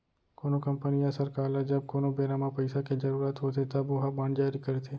कोनो कंपनी या सरकार ल जब कोनो बेरा म पइसा के जरुरत होथे तब ओहा बांड जारी करथे